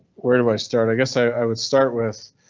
where do i start i guess i i would start with